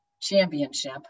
championship